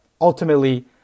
Ultimately